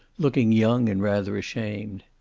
looking young and rather ashamed.